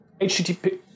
HTTP